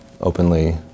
openly